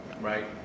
right